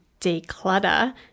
declutter